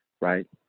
right